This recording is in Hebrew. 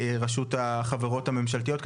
לרשות החברות הממשלתיות,